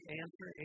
answer